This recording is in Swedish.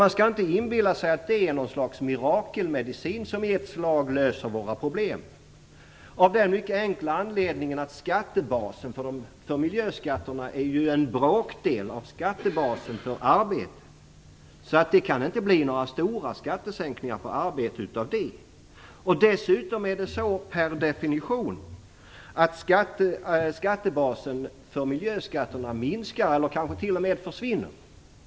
Man skall dock inte inbilla sig att detta är något slags mirakelmedicin, som i ett slag löser våra problem. Skattebasen för miljöskatterna är ju en bråkdel av skattebasen för arbete, och det kan därför inte bli några stora skattesänkningar på arbete på den grunden. Det är dessutom per definition så att skattebasen för miljöskatterna minskar eller kanske t.o.m. försvinner.